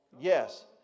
Yes